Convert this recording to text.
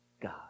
God